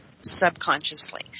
subconsciously